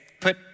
put